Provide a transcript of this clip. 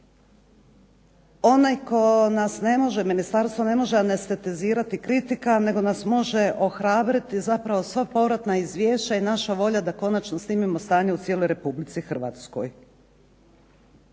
Onaj tko nas ne može, ministarstvo ne može amnestetizirati kritika nego nas može ohrabriti. Zapravo sva povratna izvješća i naša volja da konačno snimimo stanje u cijeloj Republici Hrvatskoj.